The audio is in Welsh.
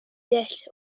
dull